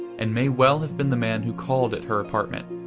and may well have been the man who called at her apartment,